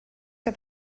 que